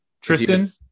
Tristan